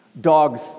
Dogs